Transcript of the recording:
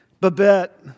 Babette